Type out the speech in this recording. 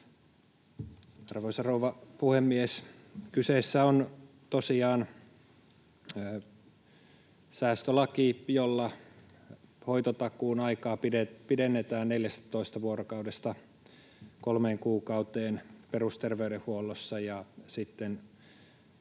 Arvoisa rouva puhemies! Kyseessä on tosiaan säästölaki, jolla hoitotakuun aikaa pidennetään 14 vuorokaudesta kolmeen kuukauteen perusterveydenhuollossa, ja sitten